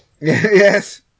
yes